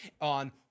on